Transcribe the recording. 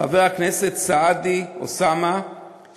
חבר הכנסת סעדי אוסאמה,